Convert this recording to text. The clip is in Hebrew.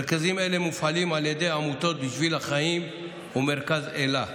מרכזים אלה מופעלים על ידי העמותות "בשביל החיים" ו"מרכז אלה".